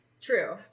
True